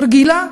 רגיל.